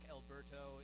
Alberto